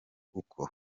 uko